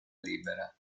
libera